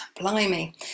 blimey